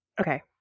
Okay